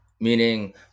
meaning